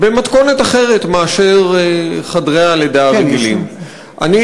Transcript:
במתכונת אחרת מאשר חדרי הלידה הרגילים.